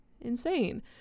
insane